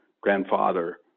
grandfather